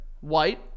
White